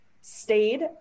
stayed